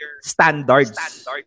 standards